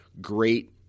great